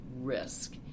risk